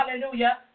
Hallelujah